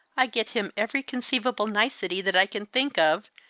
i get him every conceivable nicety that i can think of,